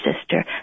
sister